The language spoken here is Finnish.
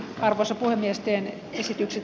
arvoisa puhemies tien esitykset